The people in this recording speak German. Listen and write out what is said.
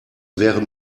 wäre